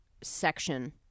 section